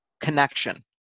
connection